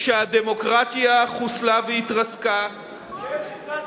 שהדמוקרטיה חוסלה והתרסקה, כן, חיסלתם אותה.